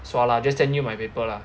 sua lah just send you my paper lah